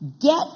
Get